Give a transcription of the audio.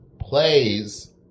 plays